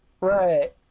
Right